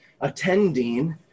attending